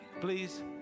Please